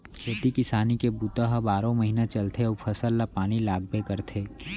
खेती किसानी के बूता ह बारो महिना चलथे अउ फसल ल पानी लागबे करथे